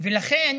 ולכן